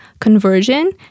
conversion